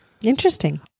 Interesting